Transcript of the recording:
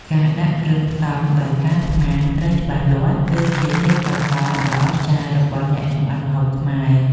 ការដាក់គ្រឿងផ្សំដោយការស្មានត្រូវច្បាស់លាស់ គឺជាទេពកោសល្យដ៏អស្ចារ្យរបស់អ្នកចម្អិនម្ហូបខ្មែរ។